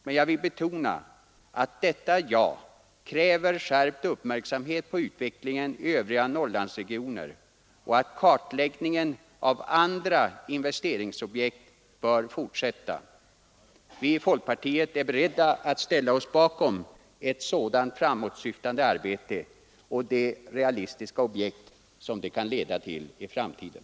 Men jag vill betona att detta yrkande innebär krav på skärpt uppmärksamhet på utvecklingen i övriga Norrlandsregioner och fortsättande av kartläggningen av andra investeringsobjekt. Vi i folkpartiet är beredda att ställa oss bakom ett sådant framåtsyftande arbete och de realistiska objekt som det kan leda till i framtiden.